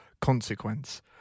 consequence